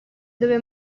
dove